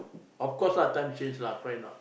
of course lah time change lah correct or not